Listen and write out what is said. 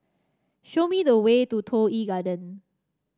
show me the way to Toh Yi Garden